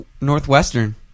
Northwestern